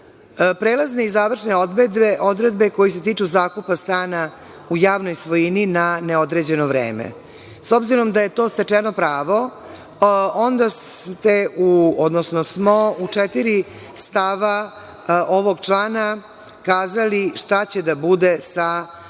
Prelazne i završne odredbe koje se tiču zakupa stana u javnoj svojini na neodređeno vreme. S obzirom da je to stečeno pravo, onda ste, odnosno smo u četiri stava ovog člana kazali šta će da bude sa zakupom